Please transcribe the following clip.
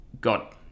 got